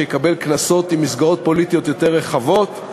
שיקבל כנסות עם מסגרות פוליטיות יותר רחבות,